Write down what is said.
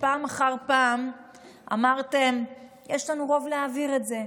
ופעם אחר פעם אמרתם: יש לנו רוב להעביר את זה.